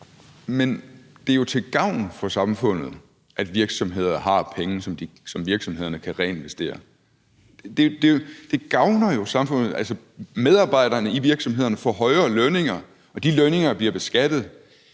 Men det er jo til gavn for samfundet, at virksomhederne har penge, som virksomhederne kan reinvestere. Det gavner jo samfundet. Altså, medarbejderne i virksomhederne får højere lønninger, og de lønninger bliver beskattet,